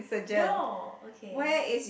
no okay